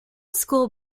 school